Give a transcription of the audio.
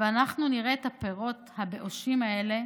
ואנחנו נראה את פירות הבאושים האלה.